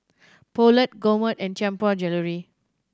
Poulet Gourmet and Tianpo Jewellery